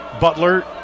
Butler